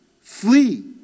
Flee